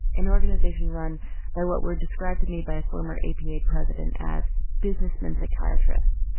an organisation run by what were described to me by a former apa president as businessmen psychiatrists.